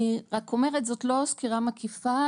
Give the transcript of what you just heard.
אני רק אומרת זאת לא סקירה מקיפה,